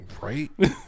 Right